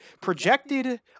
projected